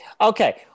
Okay